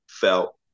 felt